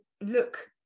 look